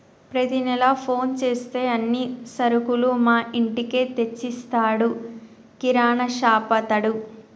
ప్రతి నెల ఫోన్ చేస్తే అన్ని సరుకులు మా ఇంటికే తెచ్చిస్తాడు కిరాణాషాపతడు